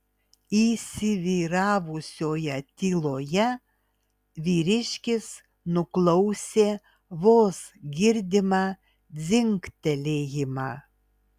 įsivyravusioje tyloje vyriškis nuklausė vos girdimą dzingtelėjimą